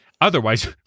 Otherwise